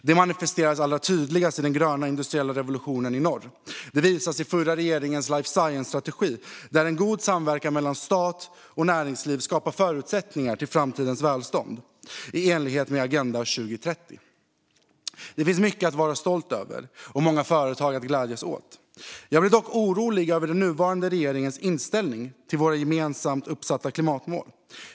Det manifesteras allra tydligast i den gröna industriella revolutionen i norr, och det visas i den förra regeringens life science-strategi där en god samverkan mellan stat och näringsliv skapar förutsättningar för framtidens välstånd i enlighet med Agenda 2030. Det finns mycket att vara stolt över och många företag att glädjas åt. Jag blir dock orolig över den nuvarande regeringens inställning till våra gemensamt uppsatta klimatmål.